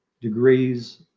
degrees